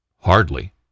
Hardly